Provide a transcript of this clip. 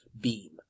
beam